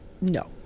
no